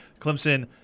Clemson